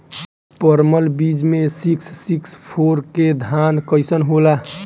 परमल बीज मे सिक्स सिक्स फोर के धान कईसन होला?